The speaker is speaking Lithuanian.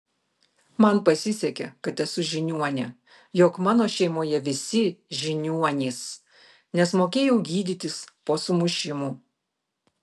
man pasisekė kad esu žiniuonė jog mano šeimoje visi žiniuonys nes mokėjau gydytis po sumušimų